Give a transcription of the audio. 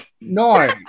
no